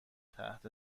تحت